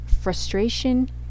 frustration